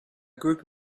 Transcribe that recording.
group